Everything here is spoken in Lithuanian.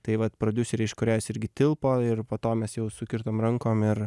tai vat prodiuseriai iš korėjos irgi tilpo ir po to mes jau sukirtom rankom ir